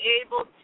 able